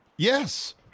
Yes